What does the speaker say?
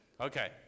Okay